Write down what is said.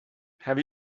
have